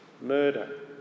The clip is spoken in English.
murder